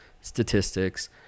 statistics